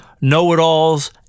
know-it-alls